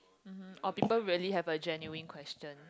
mmhmm or people really have a genuine question